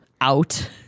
out